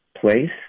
place